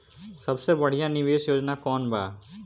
सबसे बढ़िया निवेश योजना कौन बा?